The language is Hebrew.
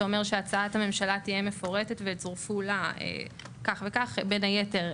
שאומר שהצעת הממשלה תהיה מפורטת ויצורפו אליה כך וכך בין היתר,